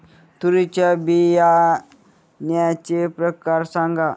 तूरीच्या बियाण्याचे प्रकार सांगा